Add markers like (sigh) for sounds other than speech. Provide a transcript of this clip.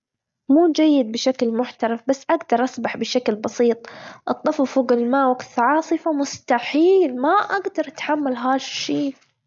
(noise) مو جيد بشكل محترف بس أجدر أسبح بشكل بسيط، الطفو فوج الماء وجت عاصفة مستحيل ما أجدر أتحمل ها الشي. (noise)